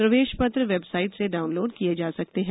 प्रवेश पत्र वेबसाईट से डाउनलोड किये जा सकते हैं